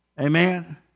Amen